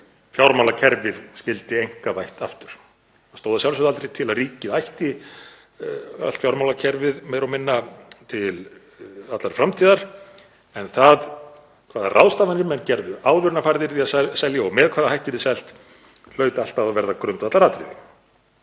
Það stóð að sjálfsögðu aldrei til að ríkið ætti allt fjármálakerfið meira og minna til framtíðar, en það hvaða ráðstafanir menn gerðu áður en farið yrði í að selja og með hvaða hætti yrði selt hlaut alltaf að verða grundvallaratriði.